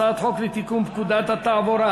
הצעת חוק לתיקון פקודת התעבורה,